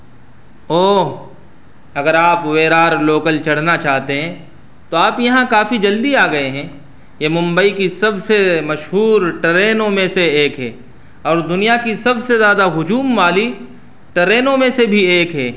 اوہ اگر آپ ویرار لوکل چڑھنا چاہتے ہیں تو آپ یہاں کافی جلدی آ گئے ہیں یہ ممبئی کی سب سے مشہور ٹرینوں میں سے ایک ہے اور دنیا کی سب سے زیادہ ہجوم والی ٹرینوں میں سے بھی ایک ہے